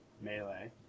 melee